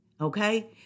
Okay